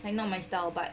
like not my style but